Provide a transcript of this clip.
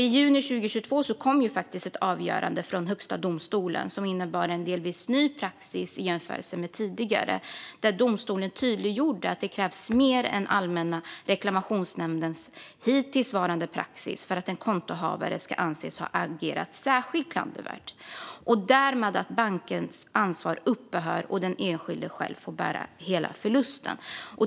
I juni 2022 kom ett avgörande från Högsta domstolen som innebar en delvis ny praxis i jämförelse med tidigare. Domstolen tydliggjorde att det krävs mer än Allmänna reklamationsnämndens hittillsvarande praxis för att en kontohavare ska anses ha agerat särskilt klandervärt, så att bankens ansvar därmed upphör och den enskilde själv får bära hela förlusten.